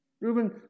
Ruben